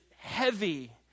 heavy